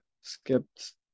skipped